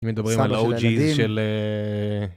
תמיד מדברים על האוג'ייז של אהה... סבא של הילדים.